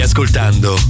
Ascoltando